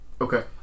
Okay